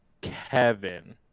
Kevin